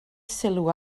sylw